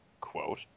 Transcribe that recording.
quote